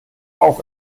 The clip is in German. auch